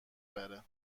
بره